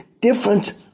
different